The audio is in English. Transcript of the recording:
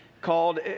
called